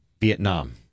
Vietnam